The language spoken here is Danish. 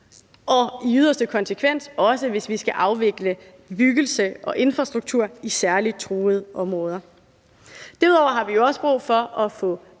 og i yderste konsekvens også, hvis vi skal afvikle bebyggelse og infrastruktur i særligt truede områder. Derudover har vi også brug for at få afklaret,